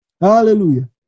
hallelujah